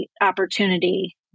opportunity